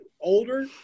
older